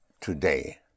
today